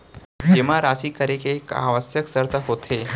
जेमा राशि करे के का आवश्यक शर्त होथे?